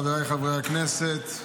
חבריי חברי הכנסת,